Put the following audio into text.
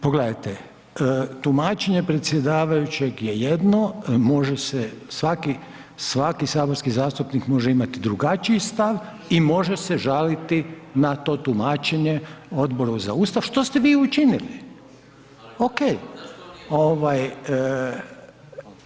Pogledajte, tumačenje predsjedavajućeg je jedno, može se, svaki saborski zastupnik može imati drugačiji stav i može se žaliti na to tumačenje Odboru za Ustav što ste vi i učinili, ok.